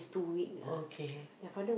okay